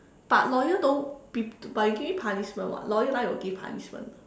but lawyer don't be but you give punishment what lawyer 来由 give punishment